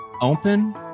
Open